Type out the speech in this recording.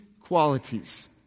qualities